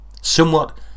Somewhat